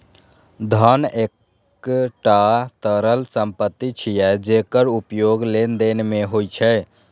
धन एकटा तरल संपत्ति छियै, जेकर उपयोग लेनदेन मे होइ छै